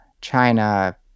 China